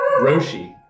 roshi